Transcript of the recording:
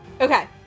Okay